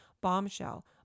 Bombshell